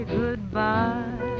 goodbye